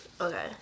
okay